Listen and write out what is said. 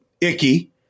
Icky